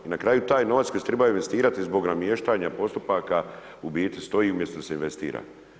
I na kraju taj novac koji se treba investirati zbog namještanja postupaka u biti stoji umjesto da se investira.